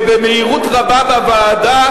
ובמהירות רבה בוועדה,